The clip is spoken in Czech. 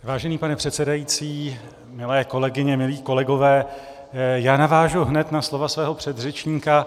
Vážený pane předsedající, milé kolegyně, milí kolegové, já navážu hned na slova svého předřečníka.